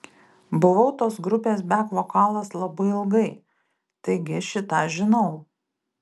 buvau tos grupės bek vokalas labai ilgai taigi šį tą žinau